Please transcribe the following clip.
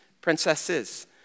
princesses